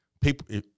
people